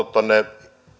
tuotu